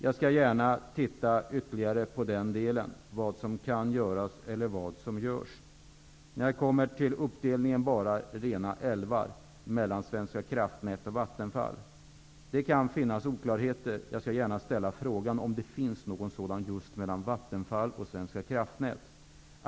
Jag skall gärna titta ytterligare på vad som görs eller kan göras när det gäller dammsäkerheten. Det kan finnas oklarheter i uppdelningen mellan Svenska kraftnät och Vattenfall. Jag skall gärna ställa frågan om det finns någon sådan just i det fallet.